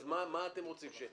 אז מה אתם רוצים?